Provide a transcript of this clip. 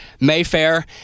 Mayfair